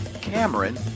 Cameron